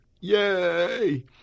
Yay